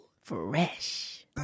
Fresh